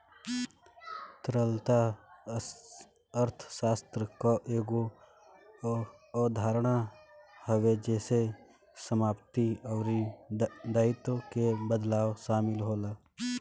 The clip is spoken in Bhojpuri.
तरलता अर्थशास्त्र कअ एगो अवधारणा हवे जेसे समाप्ति अउरी दायित्व के बदलाव शामिल होला